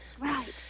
Right